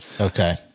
Okay